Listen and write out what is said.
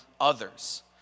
others